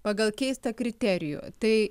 pagal keistą kriterijų tai